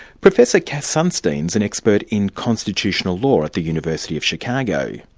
professor cass sunstein is an expert in constitutional law at the university of chicago.